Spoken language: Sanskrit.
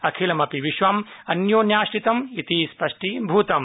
अखिलमपि विश्वं अन्योन्या श्रितम् इति स्पष्टीभूतम्